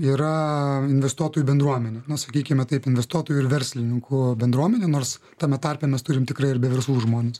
yra investuotojų bendruomenė na sakykime taip investuotojų ir verslininkų bendruomenė nors tame tarpe mes turim tikrai ir be verslų žmones